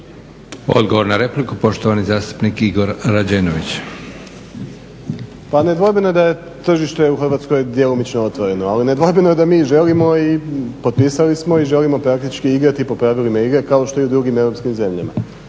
Odgovor na repliku poštovani zastupnik Igor Rađenović. **Rađenović, Igor (SDP)** Pa nedvojbeno je da je tržište u Hrvatskoj djelomično otvoreno, ali nedvojbeno je da mi želimo i potpisali smo i želimo praktički igrati po pravilima igre kao što je i u drugim europskim zemljama.